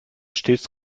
stets